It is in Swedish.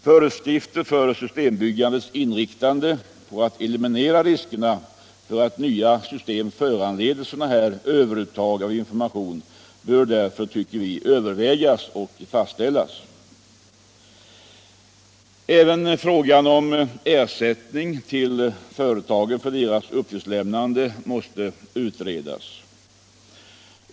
Föreskrifter för systembyggandet, inriktade på att eliminera riskerna för att nya system föranleder överuttag av information, bör därför övervägas och fastställas. Även frågan om ersättning till företagen för deras uppgiftslämnande måste utredas.